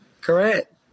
Correct